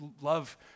love